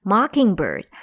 Mockingbird